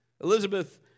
Elizabeth